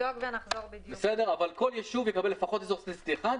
כל ישוב יקבל לפחות אזור סטטיסטי אחד.